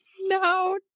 No